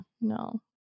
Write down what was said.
No